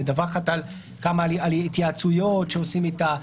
היא מדווחת על התייעצויות שעושים איתה,